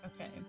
Okay